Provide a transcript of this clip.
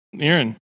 Aaron